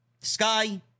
Sky